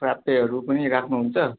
फ्राप्पेहरू पनि राख्नुहुन्छ